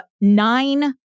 nine